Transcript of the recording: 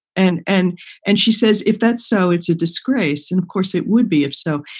and and and she says if that's so, it's a disgrace. and of course, it would be. if so,